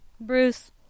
Bruce